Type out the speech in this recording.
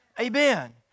Amen